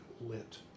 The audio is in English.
lit